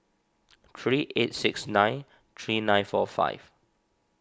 three eight six nine three nine four five